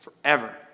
forever